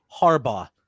Harbaugh